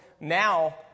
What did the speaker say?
now